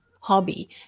hobby